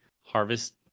harvest